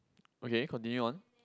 okay continue on